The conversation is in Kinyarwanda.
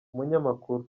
umunyamakuru